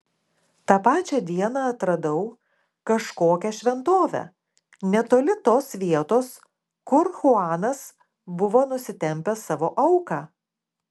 tą pačią dieną atradau kažkokią šventovę netoli tos vietos kur chuanas buvo nusitempęs savo auką